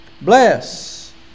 bless